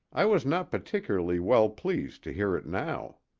i was not particularly well pleased to hear it now.